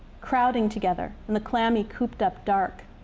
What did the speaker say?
crowding together, and the clammy, cooped up dark.